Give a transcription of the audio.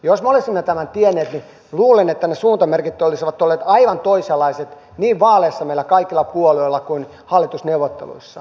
jos me olisimme tämän tienneet niin luulen että ne suuntamerkit olisivat olleet aivan toisenlaiset niin vaaleissa meillä kaikilla puolueilla kuin hallitusneuvotteluissa